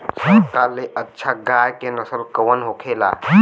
सबका ले अच्छा गाय के नस्ल कवन होखेला?